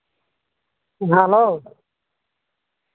ᱦᱮᱸ ᱦᱮᱞᱳ